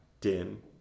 dim